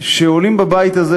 שעולים בבית הזה,